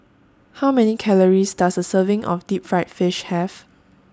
How Many Calories Does A Serving of Deep Fried Fish Have